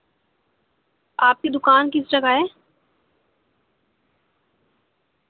آپ کی دکان کس جگہ ہے